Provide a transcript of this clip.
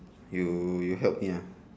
you you help me lah